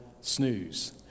Snooze